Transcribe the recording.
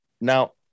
Now